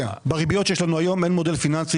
בריביות שיש לנו היום אין מודל פיננסי